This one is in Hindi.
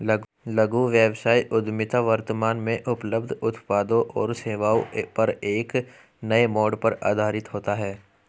लघु व्यवसाय उद्यमिता वर्तमान में उपलब्ध उत्पादों और सेवाओं पर एक नए मोड़ पर आधारित होता है